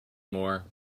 more